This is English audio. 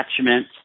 attachment